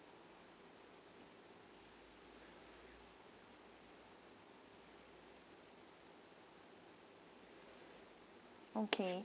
okay